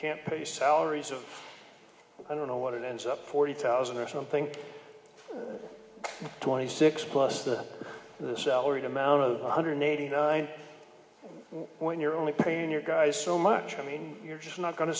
can't pay salaries of i don't know what it ends up forty thousand additional think twenty six plus the the salaried amount of one hundred eighty nine when you're only paying your guys so much i mean you're just not going to